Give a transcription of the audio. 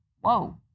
whoa